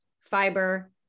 fiber